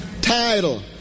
Title